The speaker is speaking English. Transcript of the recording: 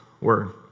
Word